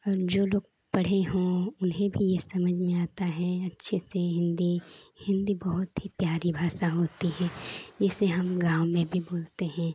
और जो लोग पढ़े हों उन्हें भी समझ में आती है अच्छे से हिन्दी हिन्दी बहुत ही प्यारी भाषा होती है इसे हम गाँव में भी बोलते हैं